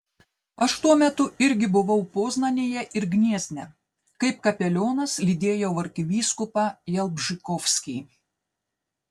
aš tuo metu irgi buvau poznanėje ir gniezne kaip kapelionas lydėjau arkivyskupą jalbžykovskį